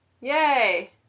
Yay